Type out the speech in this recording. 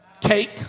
Cake